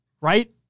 right